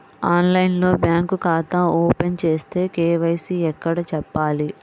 ఆన్లైన్లో బ్యాంకు ఖాతా ఓపెన్ చేస్తే, కే.వై.సి ఎక్కడ చెప్పాలి?